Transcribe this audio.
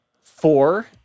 four